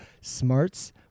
Smarts